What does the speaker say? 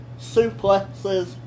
Suplexes